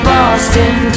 Boston